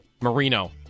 Marino